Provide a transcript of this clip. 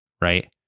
right